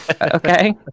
Okay